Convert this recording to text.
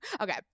Okay